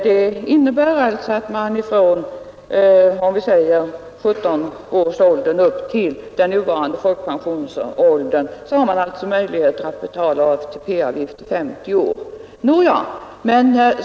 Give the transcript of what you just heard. Det innebär att om man arbetar RE från 17 års ålder till den nuvarande folkpensionsåldern så har man betalat in avgifter i 50 år.